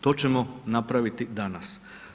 To ćemo napraviti danas.